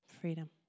freedom